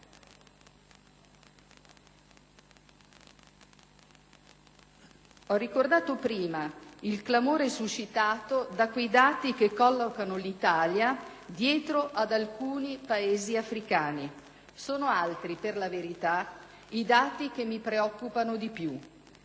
Ho ricordato prima il clamore suscitato dai dati che collocano l'Italia dietro alcuni Paesi africani. Sono altri, per la verità, i dati che mi preoccupano di più: